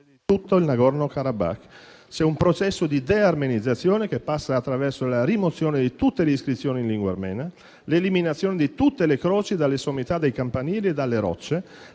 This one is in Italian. tutto il Nagorno-Karabakh. C'è un processo di dearmenizzazione che passa attraverso la rimozione di tutte le iscrizioni in lingua armena, l'eliminazione di tutte le croci dalle sommità dei campanili e dalle rocce,